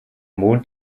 mond